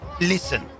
Listen